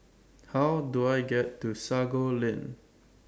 How Do I get to Sago Lane